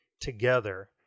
together